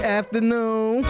afternoon